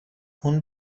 اون